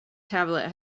tablet